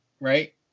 right